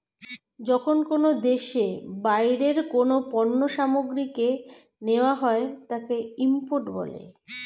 যখন কোনো দেশে বাইরের কোনো পণ্য সামগ্রীকে নেওয়া হয় তাকে ইম্পোর্ট বলে